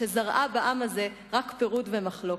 שזרעה בעם הזה רק פירוד ומחלוקת.